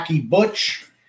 Butch